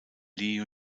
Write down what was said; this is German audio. lee